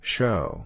Show